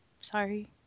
Sorry